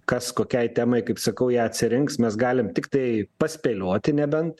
kas kokiai temai kaip sakau ją atsirinks mes galim tiktai paspėlioti nebent